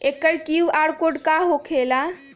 एकर QR code का होकेला?